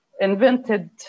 invented